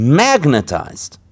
magnetized